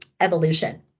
evolution